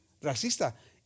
Racista